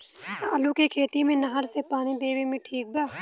आलू के खेती मे नहर से पानी देवे मे ठीक बा?